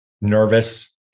nervous